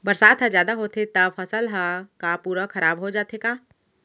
बरसात ह जादा होथे त फसल ह का पूरा खराब हो जाथे का?